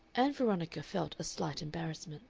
ann veronica felt a slight embarrassment